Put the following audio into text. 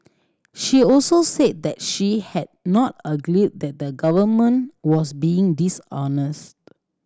she also said that she had not alleged that the Government was being dishonest